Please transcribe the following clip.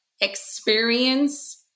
experience